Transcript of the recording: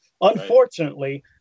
unfortunately